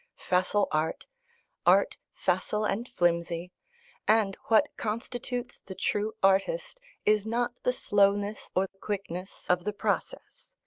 facile art art, facile and flimsy and what constitutes the true artist is not the slowness or quickness of the process,